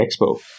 expo